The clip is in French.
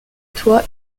toit